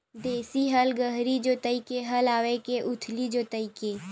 देशी हल गहरी जोताई के हल आवे के उथली जोताई के?